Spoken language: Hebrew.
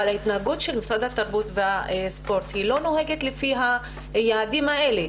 אבל ההתנהגות של משרד התרבות והספורט היא לא נוהגת לפי היעדים האלה.